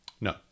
No